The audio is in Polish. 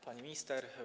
Pani Minister!